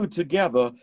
together